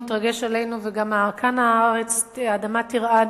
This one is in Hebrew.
וגם כאן האדמה תרעד